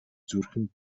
зүрхэнд